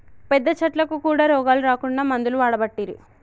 పెద్ద చెట్లకు కూడా రోగాలు రాకుండా మందులు వాడబట్టిరి